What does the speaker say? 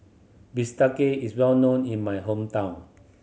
bistake is well known in my hometown